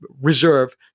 reserve